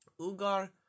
Ugar